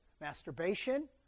masturbation